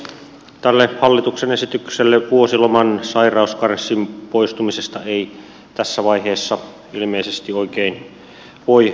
tälle hallituksen esitykselle vuosiloman sairauskarenssin poistumisesta ei tässä vaiheessa ilmeisesti oikein voi mitään